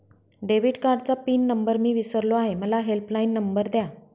debit कार्डचा PIN number मी विसरलो आहे मला हेल्पलाइन नंबर द्या